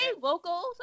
Vocals